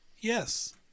Yes